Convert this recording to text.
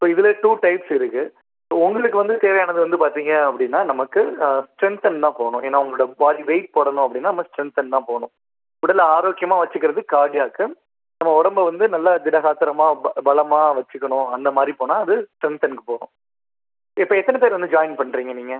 இப்போ இதில் two types இருக்குது ஸோ உங்களுக்கு வந்து தேவையானது வந்து பார்த்தீங்க அப்படினா நமக்கு ஸ்ட்ரென்த்தன் தான் போகணும் ஏனால் உங்களோடய பாடி வெயிட் போடணும் அப்படினா நம்ம ஸ்ட்ரென்த்தன் தான் போகணும் உடல் ஆரோக்கியமாக வைச்சுக்குறது கார்டியாக்கு நம்ம உடம்பை வந்து நல்ல திடகாத்திரமா பலமாக வைச்சுக்கணும் அந்த மாதிரி போனால் அது ஸ்ட்ரென்த்தன்க்கு போகும் இப்போ எத்தனை பேர் வந்து ஜாயின் பண்ணுறீங்க நீங்கள்